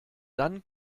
dann